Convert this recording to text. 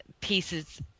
pieces